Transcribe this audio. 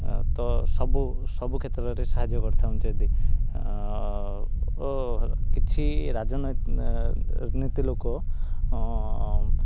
ତ ସବୁ ସବୁ କ୍ଷେତ୍ରରେ ସାହାଯ୍ୟ କରିଥାଆନ୍ତେ ଯଦି ଓ କିଛି ରାଜନୀତି ଲୋକ